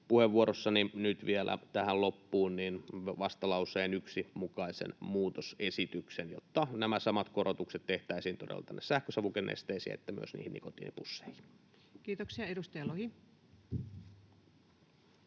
puheenvuorossani nyt vielä tähän loppuun vastalauseen 1 mukaisen muutosesityksen, jotta nämä samat korotukset tehtäisiin tänne sähkösavukenesteisiin että myös niihin nikotiinipusseihin. [Speech